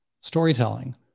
storytelling